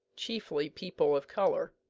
chiefly people of colour,